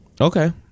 Okay